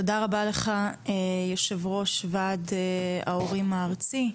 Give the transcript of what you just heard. תודה רבה לך, יושב-ראש ועד ההורים הארצי.